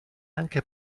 anche